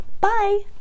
Bye